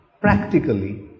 practically